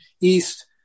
East